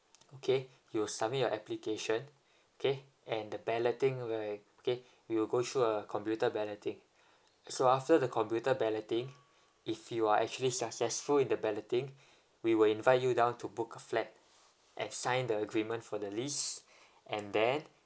okay you'll submit your application okay and the balloting where okay we'll go through a computer balloting so after the computer balloting if you are actually successful in the balloting we will invite you down to book a flat and sign the agreement for the list and then